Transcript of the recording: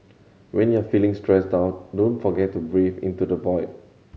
when you are feeling stressed out don't forget to breathe into the void